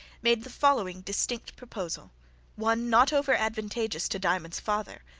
made the following distinct proposal one not over-advantageous to diamond's father,